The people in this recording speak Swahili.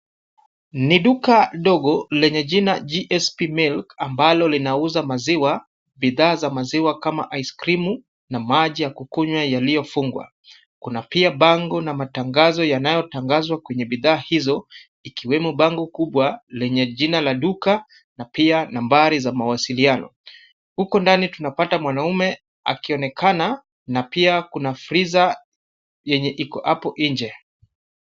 Ni duka dogo lenye jina GSP Milk ambalo linauza maziwa, bidhaa za maziwa kama ice krimu na maji ya kukunywa yaliyofungwa. Kuna pia bango na matangazo yanayotangazwa kwenye bidhaa hizo, ikiwemo bango kubwa lenye jina la duka na pia nambari za mawasiliano. Huko ndani tunapata mwanaume akionekana na pia kuna friza yenye iko hapo nje.